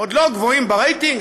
עוד לא גבוהים ברייטינג,